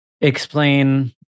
explain